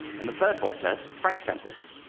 and the third boy said, frank sent this.